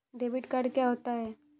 Debit card क्या होता है?